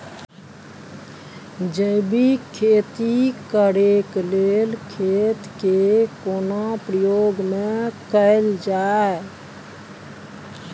जैविक खेती करेक लैल खेत के केना प्रयोग में कैल जाय?